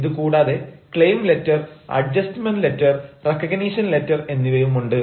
ഇതുകൂടാതെ claim letter adjustment letter recognition letter എന്നിവയുമുണ്ട്